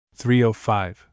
305